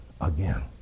again